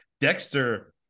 Dexter